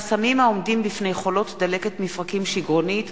חסמים העומדים בפני חולות דלקת מפרקים שיגרונית,